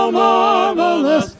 marvelous